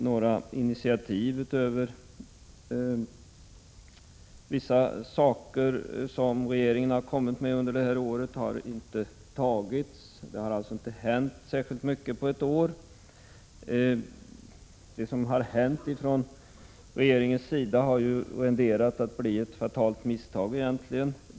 Några initiativ utöver vissa saker som regeringen har kommit med under det här året har inte tagits. Det har alltså inte hänt särskilt mycket på ett år. Det som har hänt från regeringens sida kan närmast karakteriseras som ett fatalt misstag.